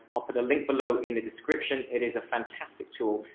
i'll put a link below in the description. it is a fantastic tool.